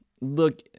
look